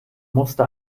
musste